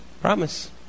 Promise